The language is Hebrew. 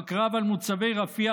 בקרב על מוצבי רפיח,